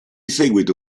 seguito